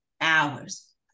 hours